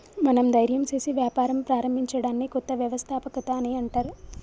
మనం ధైర్యం సేసి వ్యాపారం ప్రారంభించడాన్ని కొత్త వ్యవస్థాపకత అని అంటర్